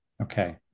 Okay